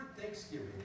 Thanksgiving